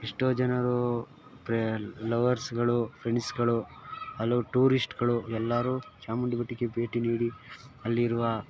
ಎಷ್ಟೋ ಜನರು ಪ್ರೇ ಲವರ್ಸುಗಳು ಫ್ರೆಂಡ್ಸುಗಳು ಹಲವು ಟೂರಿಸ್ಟುಗಳು ಎಲ್ಲರೂ ಚಾಮುಂಡಿ ಬೆಟ್ಟಕ್ಕೆ ಭೇಟಿ ನೀಡಿ ಅಲ್ಲಿರುವ